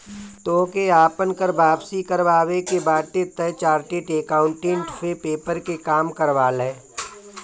तोहके आपन कर वापसी करवावे के बाटे तअ चार्टेड अकाउंटेंट से पेपर के काम करवा लअ